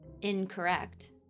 incorrect